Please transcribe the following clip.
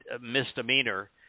misdemeanor